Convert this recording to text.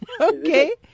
Okay